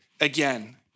again